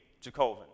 Jacobin